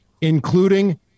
including